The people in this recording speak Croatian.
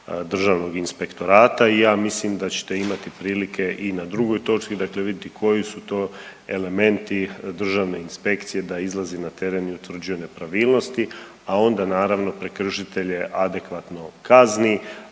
Državnog inspektorata i ja mislim da ćete imati prilike i na drugoj točki dakle vidjeti koji su to elementi državne inspekcije da izlazi na teren i utvrđuje nepravilnosti, a onda naravno prekršitelje adekvatno kazni,